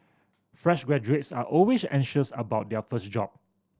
fresh graduates are always anxious about their first job